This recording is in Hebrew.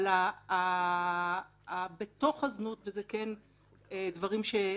אבל בתוך צרכני הזנות ואלה כן דברים שנאמרו,